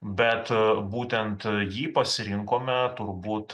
bet būtent jį pasirinkome turbūt